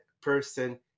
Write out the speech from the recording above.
person